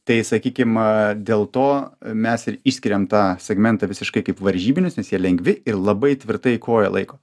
tai sakykim dėl to mes ir išskiriam tą segmentą visiškai kaip varžybinis nes jie lengvi ir labai tvirtai koją laiko